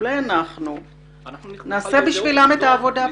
אנחנו נעשה עבורם את העבודה.